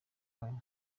bayo